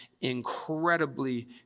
incredibly